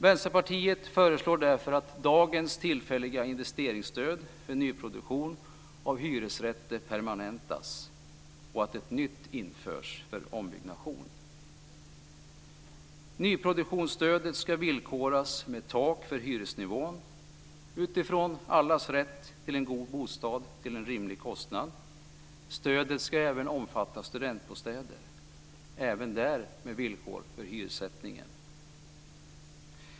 Vänsterpartiet föreslår därför att dagens tillfälliga investeringsstöd för nyproduktion av hyresrätter permanentas och att ett nytt införs för ombyggnation. Nyproduktionsstödet ska villkoras med tak för hyresnivån utifrån allas rätt till en god bostad till en rimlig kostnad. Stödet ska även omfatta studentbostäder, även där med villkor för hyressättningen.